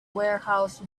warehouse